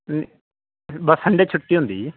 ਨਹੀਂ ਬਸ ਸੰਡੇ ਛੁੱਟੀ ਹੁੰਦੀ ਜੀ